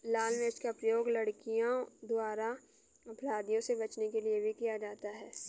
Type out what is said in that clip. लाल मिर्च का प्रयोग लड़कियों द्वारा अपराधियों से बचने के लिए भी किया जाता है